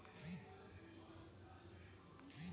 वातावरण की विपरीत परिस्थितियों में फसलों का बचाव कैसे करें?